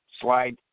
slide